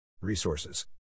Resources